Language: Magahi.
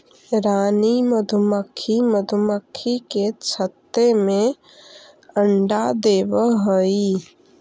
रानी मधुमक्खी मधुमक्खी के छत्ते में अंडा देवअ हई